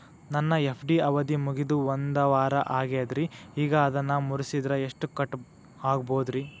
ನನ್ನ ಎಫ್.ಡಿ ಅವಧಿ ಮುಗಿದು ಒಂದವಾರ ಆಗೇದ್ರಿ ಈಗ ಅದನ್ನ ಮುರಿಸಿದ್ರ ಎಷ್ಟ ಕಟ್ ಆಗ್ಬೋದ್ರಿ?